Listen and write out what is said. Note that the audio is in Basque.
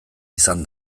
izan